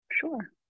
Sure